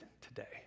today